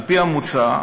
על-פי המוצע,